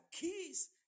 keys